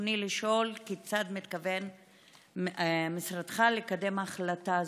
רצוני לשאול: כיצד מתכוון משרדך לקדם החלטה זו?